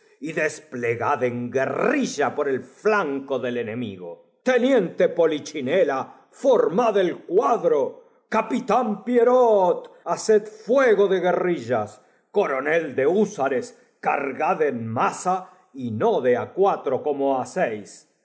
y desplegad en guerrilla por el onnco del enemigo teniente polichinela formad ol cuadro capitán pierrot haced fuego de guerrillas coronel de húsares cargad en masa y no do á cuatro como